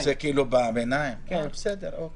אה, הוא רוצה בעיניים - בסדר, אוקיי.